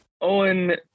Owen